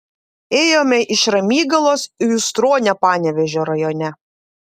ėjome iš ramygalos į ustronę panevėžio rajone